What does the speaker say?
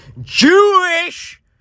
jewish